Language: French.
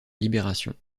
libération